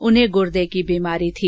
उन्हें गुर्दे की बीमारी थी